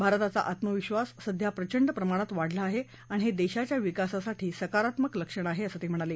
भारताचा आत्मविश्वास सध्या प्रचंड प्रमाणात वाढला आहे आणि हे देशाच्या विकासासाठी सकारात्मक लक्षण आहे असं ते म्हणाले